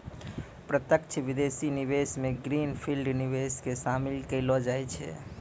प्रत्यक्ष विदेशी निवेश मे ग्रीन फील्ड निवेश के शामिल केलौ जाय छै